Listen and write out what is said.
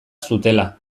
zutela